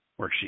Worksheet